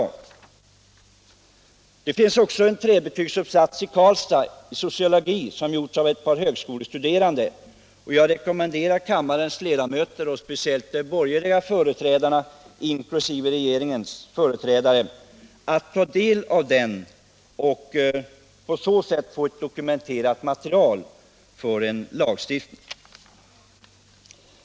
Jag vill i detta sammanhang hänvisa till en trebetygsuppsats i sociologi, som gjorts av ett par högskolestuderande i Karlstad. Jag rekommenderar kammarens ledamöter och inte minst den borgerliga majoritetens företrädare, inklusive regeringsledamöter, att ta del av trebetygsuppsatsen för att på så sätt få ett dokumenterat material som underlag för en lagstiftning.